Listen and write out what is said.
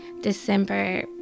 December